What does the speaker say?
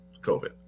COVID